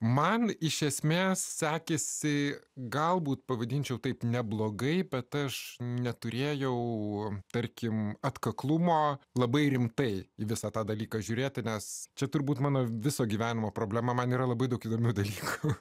man iš esmės sekėsi galbūt pavadinčiau taip neblogai bet aš neturėjau o tarkim atkaklumo labai rimtai į visą tą dalyką žiūrėti nes čia turbūt mano viso gyvenimo problema man yra labai daug įdomių dalykų